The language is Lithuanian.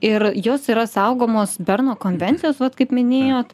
ir jos yra saugomos berno konvencijos vat kaip minėjot